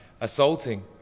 assaulting